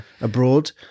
abroad